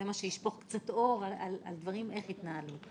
מה שישפוך קצת אור על איך שהדברים התנהלו.